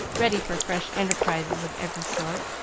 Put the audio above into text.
ready for fresh enterprises of every sort.